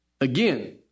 Again